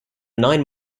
nine